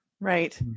Right